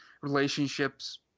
relationships